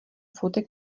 fotek